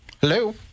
Hello